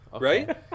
Right